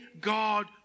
God